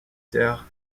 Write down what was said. sœurs